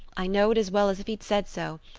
i know it as well as if he'd said so.